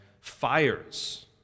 fires